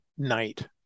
night